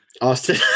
Austin